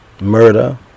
murder